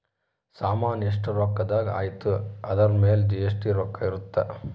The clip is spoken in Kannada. ಸಾಮನ್ ಎಸ್ಟ ರೊಕ್ಕಧ್ ಅಯ್ತಿ ಅದುರ್ ಮೇಲೆ ಜಿ.ಎಸ್.ಟಿ ರೊಕ್ಕ ಇರುತ್ತ